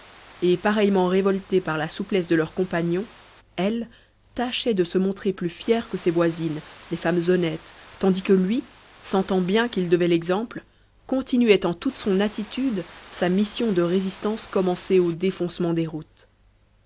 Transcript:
et pareillement révoltés par la souplesse de leurs compagnons elle tâchait de se montrer plus fière que ses voisines les femmes honnêtes tandis que lui sentant bien qu'il devait l'exemple continuait en toute son attitude sa mission de résistance commencée au défoncement des routes